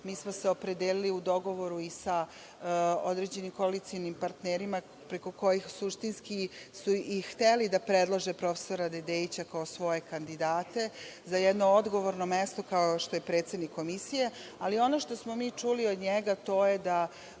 mi smo se opredelili, u dogovoru i sa određenim koalicionim partnerima, preko kojih suštinski su i hteli da predlože prof. Dedeića kao svoje kandidate za jedno odgovorno mesto kao što je predsednik Komisije. Ali, ono što smo mi čuli od njega, to je da